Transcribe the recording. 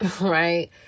right